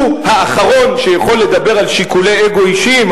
לכן הוא האחרון שיכול לדבר על שיקולי אגו אישיים,